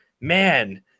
man